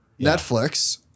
Netflix-